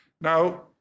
Now